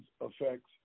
affects